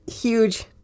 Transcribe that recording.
Huge